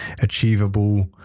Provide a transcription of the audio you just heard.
achievable